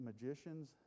magicians